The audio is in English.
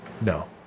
No